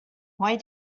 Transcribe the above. why